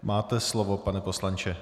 Máte slovo, pane poslanče.